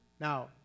Now